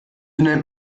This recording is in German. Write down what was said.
nennt